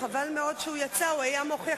אדוני, תודה רבה.